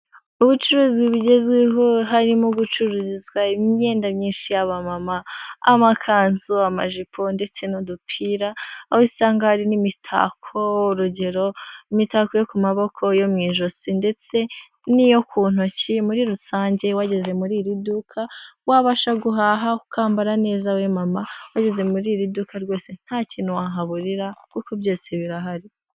Ubucuruzi bugezweho, harimo gucururizwa imyenda myinshi y'abamama, amakanzu, amajipo, ndetse n'udupira, aho usanga hari n'imitako, urugero, imitako yo ku maboko, iyo mu ijosi ndetse n'iyo ku ntoki, muri rusange wageze muri iri duka wabasha guhaha ukambara neza we mama, wageze muri iri duka rwose nta kintu wahaburira, kuko byose birahari.